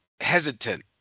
hesitant